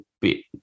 bit